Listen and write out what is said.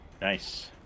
Nice